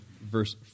verse